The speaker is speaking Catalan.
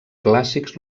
clàssics